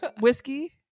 whiskey